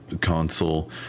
console